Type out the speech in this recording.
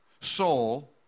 soul